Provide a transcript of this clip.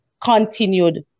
continued